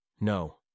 No